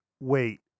Wait